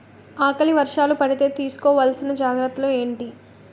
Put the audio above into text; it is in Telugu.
ఆకలి వర్షాలు పడితే తీస్కో వలసిన జాగ్రత్తలు ఏంటి?